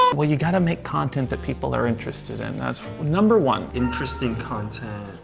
well, you gotta make content that people are interested in that's number one! interesting content.